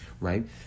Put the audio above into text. right